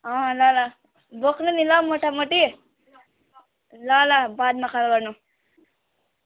अँ ल ल बोक्नु नि ल मोटामोटी ल ल बादमा कल गर्नु